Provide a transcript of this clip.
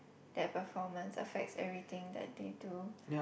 their performance affects everything that they do